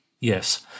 Yes